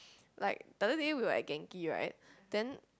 like the other day we were at Genki right then